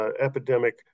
Epidemic